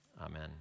Amen